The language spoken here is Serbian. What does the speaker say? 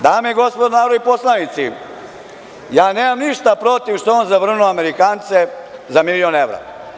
Dame i gospodo narodni poslanici, ja nemam ništa protiv što je on zavrnuo Amerikance za milion evra.